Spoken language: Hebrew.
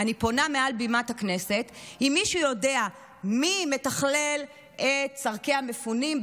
אני פונה מעל בימת הכנסת: אם מישהו יודע מי מתכלל את צורכי המפונים,